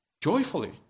joyfully